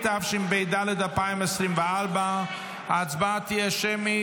התשפ"ד 2024. ההצבעה תהיה שמית.